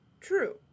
True